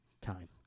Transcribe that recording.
time